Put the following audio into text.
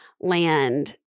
land